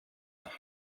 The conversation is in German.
nach